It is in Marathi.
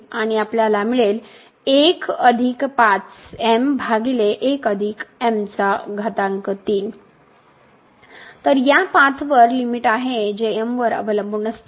आणि आपल्याला मिळेल तर आता या मार्गावर लिमिट आहे जी m वर अवलंबून असते